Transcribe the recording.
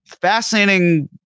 Fascinating